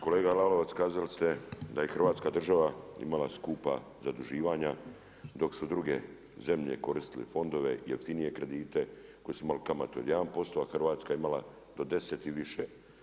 Kolega Lalovac, kazali ste da je Hrvatska država imala skupa zaduživanja dok su druge zemlje koristile fondova, jeftinije kredite koje su imale kamatu od 1% a Hrvatska je imala do 10 i više.